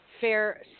fair